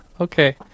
okay